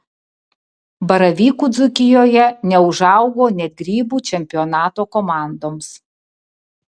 baravykų dzūkijoje neužaugo net grybų čempionato komandoms